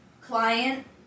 client